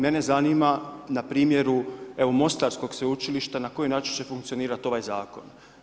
Mene zanima na primjeru mostarskog sveučilišta, na koji način će funkcionirati ovaj Zakon?